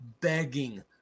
begging